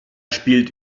spielt